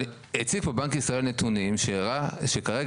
אבל הציפו בנק ישראל נתונים שהראו שכרגע